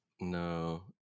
No